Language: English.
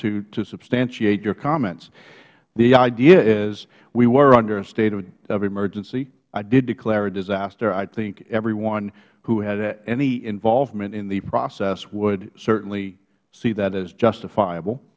substantiate your comments the idea is we were under a state of emergency i did declare a disaster i think everyone who had any involvement in the process would certainly see that as justifiable